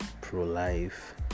pro-life